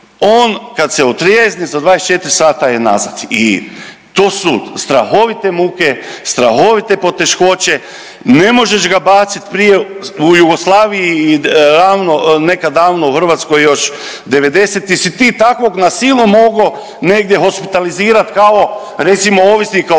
on kad se otrijezni za 24 sata je nazad i to su strahovite muke, strahovite poteškoće, ne možeš ga baciti prije u Jugoslaviji realno i nekad davno u Hrvatskoj '90.-ih si ti takvog na silu mogao negdje hospitalizirat kao recimo ovisnika